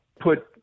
put